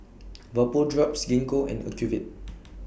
Vapodrops Gingko and Ocuvite